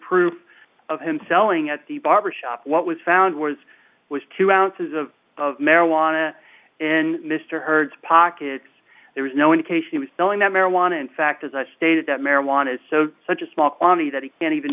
proof of him selling at the barber shop what was found was was two ounces of marijuana in mr hurd's pockets there was no indication it was selling that marijuana in fact as i stated that marijuana is such a small quantity that he can even